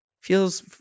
Feels